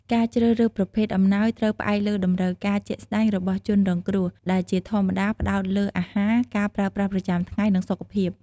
ការជ្រើសរើសប្រភេទអំណោយត្រូវផ្អែកលើតម្រូវការជាក់ស្តែងរបស់ជនរងគ្រោះ ដែលជាធម្មតាផ្តោតលើអាហារ ការប្រើប្រាស់ប្រចាំថ្ងៃ និងសុខភាព។